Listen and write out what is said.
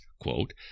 Quote